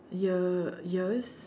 ear ears